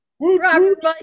Robert